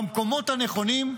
והמקומות הנכונים,